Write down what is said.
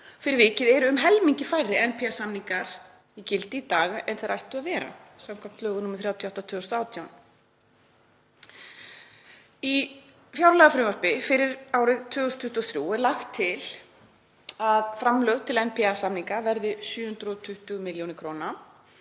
Fyrir vikið eru um helmingi færri NPA-samningar í gildi í dag en þeir ættu að vera samkvæmt lögum nr. 38/2018. Í fjárlagafrumvarpi fyrir árið 2023 er lagt til að framlög til NPA-samninga verði 720 millj. kr.